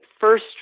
first